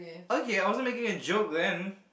okay I wasn't making a joke then